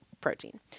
protein